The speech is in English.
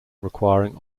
requiring